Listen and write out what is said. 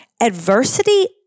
adversity